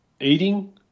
Eating